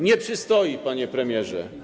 Nie przystoi, panie premierze.